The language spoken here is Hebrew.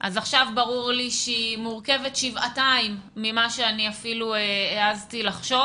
עכשיו ברור לי שהיא מורכבת שבעתיים ממה שהעזתי לחשוב.